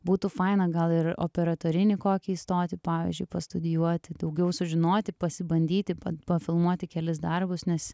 būtų faina gal ir į operatorinį kokį įstoti pavyzdžiui pastudijuoti daugiau sužinoti pasibandyti pafilmuoti kelis darbus nes